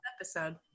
episode